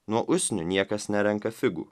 nuo usnių niekas nerenka figų